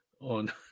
on